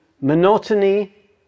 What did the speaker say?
monotony